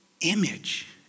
image